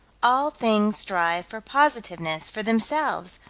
all things strive for positiveness, for themselves,